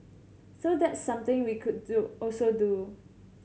so that's something we could do also do